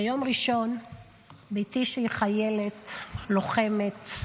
ביום ראשון בתי, שהיא חיילת, לוחמת,